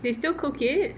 they still cook it